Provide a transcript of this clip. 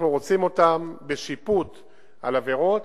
אנחנו רוצים אותם בשיפוט על עבירות,